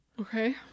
okay